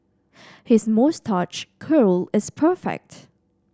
his moustache curl is perfect